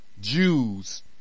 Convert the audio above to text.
Jews